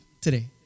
today